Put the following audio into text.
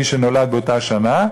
מי שנולד באותה השנה,